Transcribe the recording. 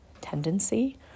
tendency